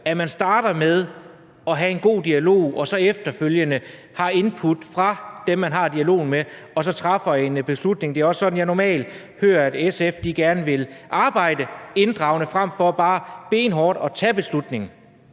at man starter med at have en god dialog og så efterfølgende får input fra dem, man har dialogen med, og så træffer en beslutning. Det er også sådan, jeg normalt hører SF gerne vil arbejde: inddragende frem for bare benhårdt at tage beslutningen.